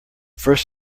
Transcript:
first